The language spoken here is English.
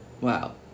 Wow